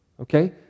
Okay